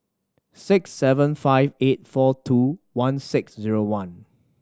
six seven five eight four two one six zero one